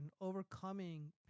overcoming